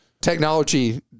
technology